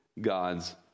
God's